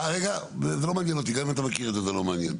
כי זה שלושה או ארבעה קירות,